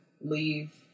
leave